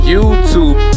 YouTube